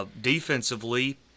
defensively